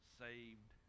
saved